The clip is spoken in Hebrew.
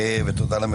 תודה.